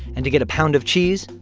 and to get a pound of cheese,